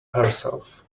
herself